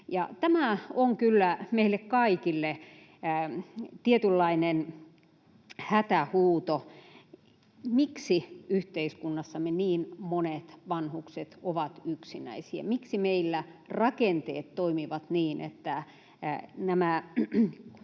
Tämä on kyllä meille kaikille tietynlainen hätähuuto. Miksi yhteiskunnassamme niin monet vanhukset ovat yksinäisiä? Miksi meillä rakenteet toimivat niin, että nämä